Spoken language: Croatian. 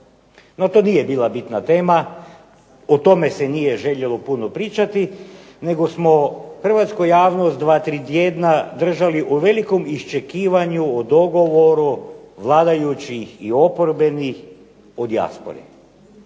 to nije bila bitna tema, o tome se nije željelo puno pričati, nego smo hrvatsku javnost dva, tri tjedna držali u velikom iščekivanju o dogovoru vladajućih i oporbenih o dijaspore.